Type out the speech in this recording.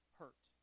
hurt